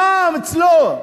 שם, אצלו,